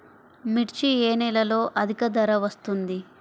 మిర్చి ఏ నెలలో అధిక ధర వస్తుంది?